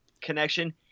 connection